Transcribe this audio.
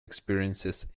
experiences